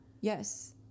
Yes